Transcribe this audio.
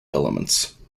elements